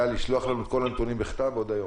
לשלוח לנו את כל הנתונים בכתב עוד היום?